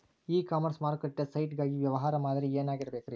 E commerce ಮಾರುಕಟ್ಟೆ site ಗಾಗಿ ವ್ಯವಹಾರ ಮಾದರಿ ಏನಾಗಿರಬೇಕ್ರಿ?